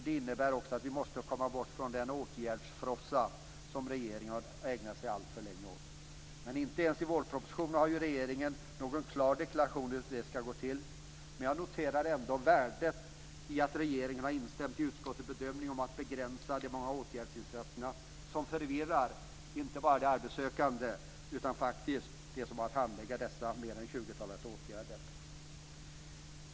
Det innebär också att vi måste komma bort från den åtgärdsfrossa som regeringen har ägnat sig alltför länge åt. Men inte ens i vårpropositionen hade regeringen någon klar deklaration om hur det skall gå till. Men jag noterar ändå värdet i att regeringen har instämt i utskottets bedömning om att begränsa de många åtgärdsinsatserna som inte bara förvirrar arbetssökande utan faktiskt också de som har att handlägga dessa mer än 20 åtgärder.